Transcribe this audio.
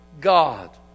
God